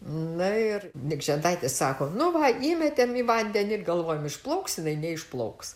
na ir nikžentaitis sako nu va įmetėm į vandenį ir galvojom išplauks jinai neišplauks